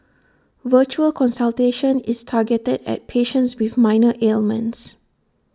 virtual consultation is targeted at patients with minor ailments